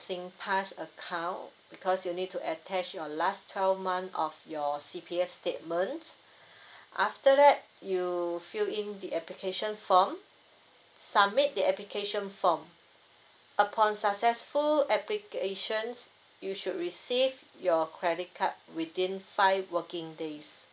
singpass account because you need to attach your last twelve month of your C_P_F statements after that you fill in the application form submit the application form upon successful applications you should receive your credit card within five working days